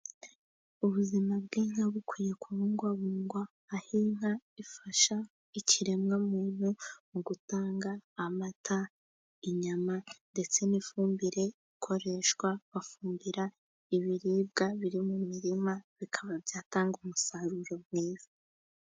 Ubuzima bw'inka bukwiye kubungwabungwa, aho inka ifasha ikiremwa muntu mu gutanga amata, inyama, ndetse n'ifumbire ikoreshwa bafumbira ibiribwa biri mu mirima, bikaba byatanga umusaruro mwiza.